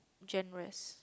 genres